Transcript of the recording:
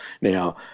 Now